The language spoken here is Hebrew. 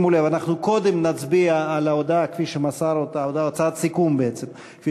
אנחנו קודם נצביע על הודעת הסיכום כפי